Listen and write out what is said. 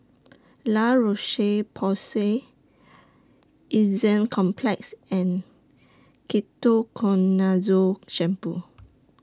La Roche Porsay Complex and Ketoconazole Shampoo